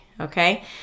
okay